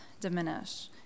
diminish